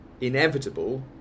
inevitable